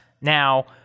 Now